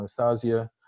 Anastasia